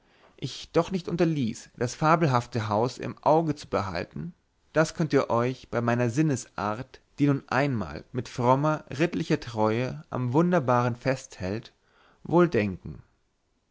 ich doch nicht unterließ das fabelhafte haus im auge zu behalten das könnt ihr euch bei meiner sinnesart die nun einmal mit frommer ritterlicher treue am wunderbaren festhält wohl denken